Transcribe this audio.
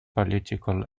political